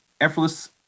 effortless